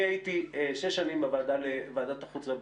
אני הייתי שש שנים בוועדת החוץ והביטחון,